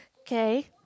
Okay